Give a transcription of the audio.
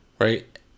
right